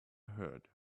heard